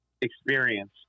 experience